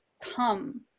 come